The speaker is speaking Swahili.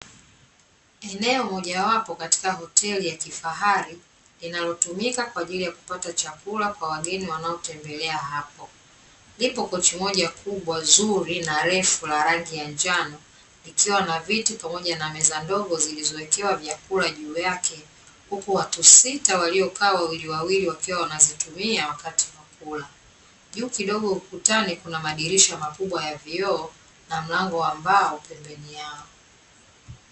Eneo mojawapo katika hoteli ya kifahari linalotumika kwa ajili ya kupata chakula, kwa wageni wanaotembelea hapo, lipo kochi moja kubwa zuri na lefu la rangi ya njano, likiwa na viti pamoja na meza ndogo zilizowekewa vyakula juu yake, huku watu sita waliokaa wawiliwawili wakiwa wanazitumia wakati wa kula, juu kidogo ukutani kuna madirisha makubwa ya vioo na mlango wa mbao pembeni yao.